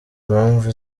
mpamvu